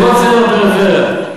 לזוגות צעירים בפריפריה.